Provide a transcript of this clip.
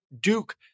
Duke